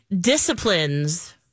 disciplines